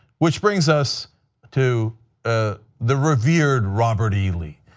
which brings us to ah the revered robert e lee.